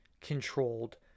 controlled